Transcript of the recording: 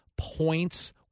points